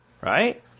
Right